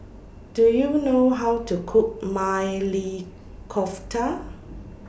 Do YOU know How to Cook Maili Kofta